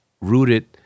rooted